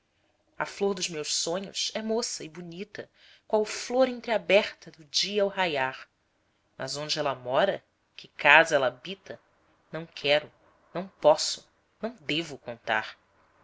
a flor dos meus sonhos é moça e bonita qual flor entreaberta do dia ao raiar mas onde ela mora que casa ela habita não quero não posso não devo contar